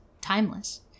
timeless